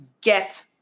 get